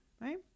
right